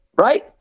Right